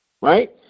right